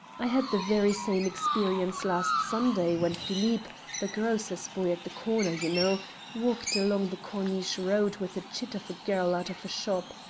i had the very same experience last sunday, when phillippe the grocer's boy at the corner, you know walked along the corniche road with a chit of a girl out of a shop.